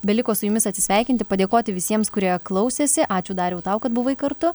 beliko su jumis atsisveikinti padėkoti visiems kurie klausėsi ačiū dariau tau kad buvai kartu